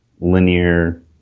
linear